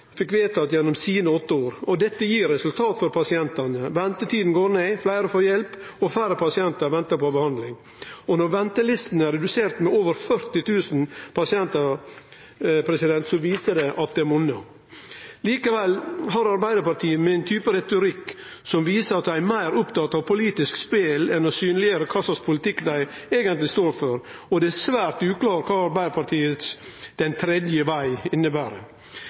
fekk vedtatt gjennom sine åtte år, og det gir resultat for pasientane. Ventetida går ned, fleire får hjelp, og færre pasientar ventar på behandling. Når ventelistene er reduserte med over 40 000 pasientar, viser det at det monnar. Likevel har Arbeidarpartiet ein type retorikk som viser at dei er meir opptatte av politisk spel enn å synleggjere kva slags politikk dei eigentleg står for, og det er svært uklart kva Arbeidarpartiets «den tredje vei» inneber.